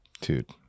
dude